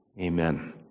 Amen